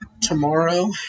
tomorrow